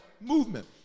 movement